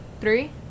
three